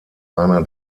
einer